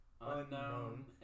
unknown